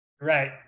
Right